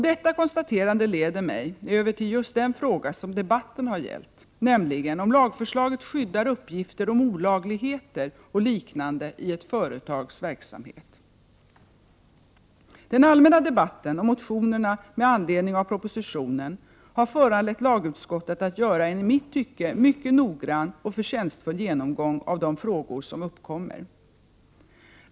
Detta konstaterande leder mig över till just den fråga som debatten har gällt, nämligen om lagförslaget skyddar uppgifter om olagligheter och liknande i ett företags verksamhet. Den allmänna debatten och motionerna med anledning av propositionen har föranlett lagutskottet att göra en i mitt tycke mycket noggrann och förtjänstfull genomgång av de frågor som uppkommer.